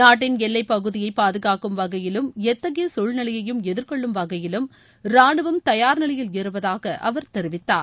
நாட்டின் எல்லைப்பகுதியை பாதுகாக்கும் வகையிலும் எத்தகைய குழ்நிலையையும் எதிர்கொள்ளும் வகையிலும் ராணுவம் தயார்நிலையில் இருப்பதாக அவர் தெரிவித்தார்